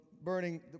burning